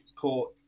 court